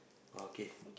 okay